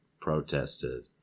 protested